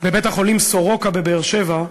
בבית-החולים סורוקה בבאר-שבע,